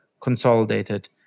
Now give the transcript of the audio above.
consolidated